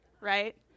Right